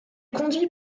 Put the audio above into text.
conduit